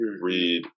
read